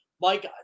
Mike